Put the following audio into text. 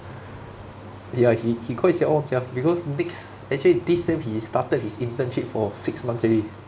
ya he he quite siao on sia because next actually this sem he started his internship for six months already